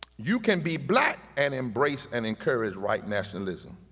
you can be black and embrace and encourage white nationalism.